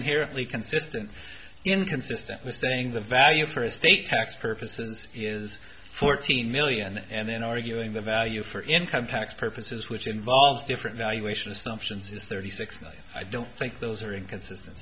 inherently consistent inconsistent with saying the value for estate tax purposes is fourteen million and then arguing the value for income tax purposes which involves different valuation assumptions is thirty six million i don't think those are inconsistent